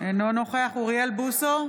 אינו נוכח אוריאל בוסו,